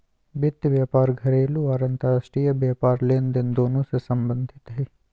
वित्त व्यापार घरेलू आर अंतर्राष्ट्रीय व्यापार लेनदेन दोनों से संबंधित हइ